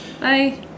Bye